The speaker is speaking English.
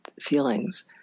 feelings